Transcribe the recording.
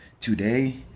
today